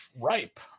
ripe